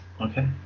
Okay